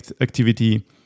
activity